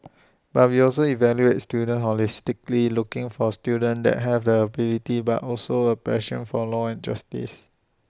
but we also evaluate students holistically looking for students that have ability but also A passion for law and justice